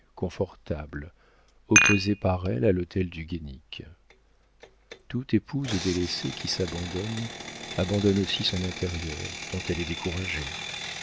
confortable opposé par elle à l'hôtel du guénic toute épouse délaissée qui s'abandonne abandonne aussi son intérieur tant elle est découragée